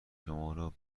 شمارا